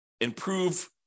improve